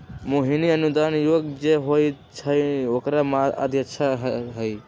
मोहिनी अनुदान आयोग जे होई छई न ओकरे अध्यक्षा हई